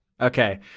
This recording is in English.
Okay